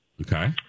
Okay